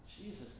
Jesus